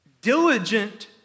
diligent